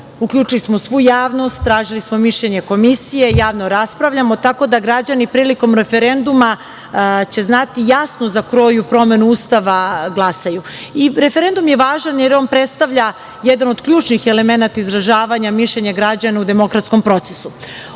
Uključili smo svu javnost, tražili smo mišljenje komisije, javno raspravljamo, tako da građani prilikom referenduma će znati jasno za koju promenu Ustava glasaju. Referendum je važan, jer on predstavlja jedan od ključnih elemenata izražavanja mišljenja građana u demokratskom procesu.